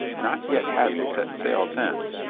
not yet having set sail thence,